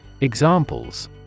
Examples